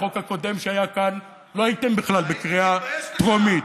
בחוק הקודם שהיה כאן לא הייתם בכלל בקריאה טרומית,